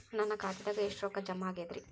ನನ್ನ ಖಾತೆದಾಗ ಎಷ್ಟ ರೊಕ್ಕಾ ಜಮಾ ಆಗೇದ್ರಿ?